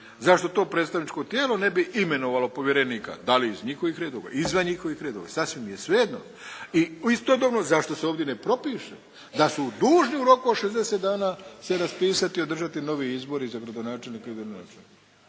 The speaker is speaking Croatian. Zašto to predstavničko tijelo ne bi imenovalo povjerenika, da li iz njihovih redova, izvan njihovih redova, sasvim je svejedno? I istodobno zašto se ovdje ne propiše da su dužni u roku od 60 dana se raspisati i održati novi izbori za gradonačelnika, načelnika?